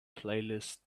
playlist